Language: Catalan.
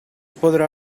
podrà